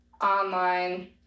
online